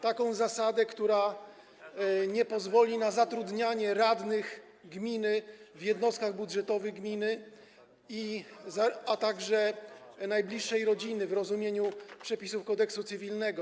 taką zasadę, która nie pozwoli na zatrudnianie radnych gminy w jednostkach budżetowych gminy ani najbliższej rodziny w rozumieniu przepisów Kodeksu cywilnego.